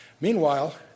Meanwhile